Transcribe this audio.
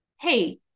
Hey